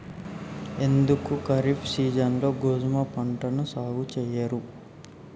ఎందుకు ఖరీఫ్ సీజన్లో గోధుమ పంటను సాగు చెయ్యరు?